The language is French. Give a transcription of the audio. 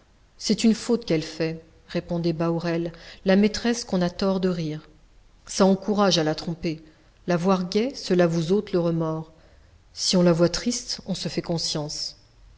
c'est une faute qu'elle fait répondait bahorel la maîtresse qu'on a tort de rire ça encourage à la tromper la voir gaie cela vous ôte le remords si on la voit triste on se fait conscience